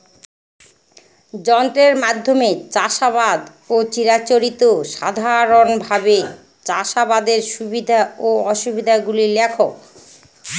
যন্ত্রের মাধ্যমে চাষাবাদ ও চিরাচরিত সাধারণভাবে চাষাবাদের সুবিধা ও অসুবিধা গুলি লেখ?